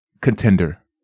contender